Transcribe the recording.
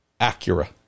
Acura